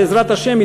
בעזרת השם,